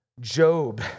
Job